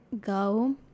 go